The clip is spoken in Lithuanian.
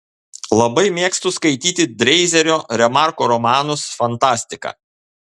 labai mėgstu skaityti dreizerio remarko romanus fantastiką